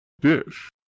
Dish